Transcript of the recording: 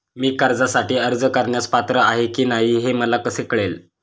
मी कर्जासाठी अर्ज करण्यास पात्र आहे की नाही हे मला कसे कळेल?